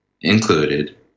included